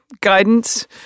guidance